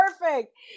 Perfect